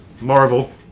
Marvel